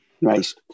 nice